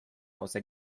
außer